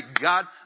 God